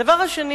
הדבר השני,